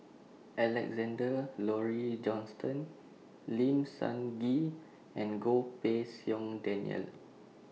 Alexander Laurie Johnston Lim Sun Gee and Goh Pei Siong Daniel